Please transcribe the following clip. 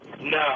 No